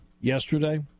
yesterday